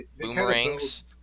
Boomerangs